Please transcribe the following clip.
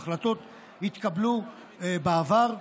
החלטות התקבלו בעבר,